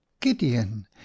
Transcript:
gideon